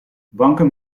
banken